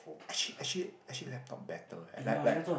actually actually actually laptop better uh like like